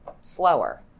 slower